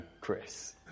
Chris